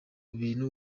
bintu